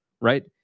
right